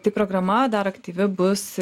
tai programa dar aktyvi bus